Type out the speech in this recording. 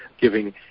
giving